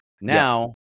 Now